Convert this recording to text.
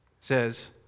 says